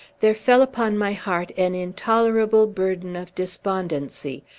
there fell upon my heart an intolerable burden of despondency,